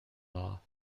law